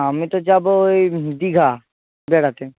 আমি তো যাবো ওই দীঘা বেড়াতে